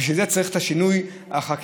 ובשביל זה צריך את שינוי החקיקה,